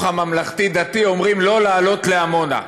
הממלכתי-דתי אומרים לא לעלות לעמונה.